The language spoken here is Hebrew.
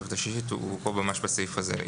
בתוספת השישית אלא הוא כאן ממש בסעיף הזה.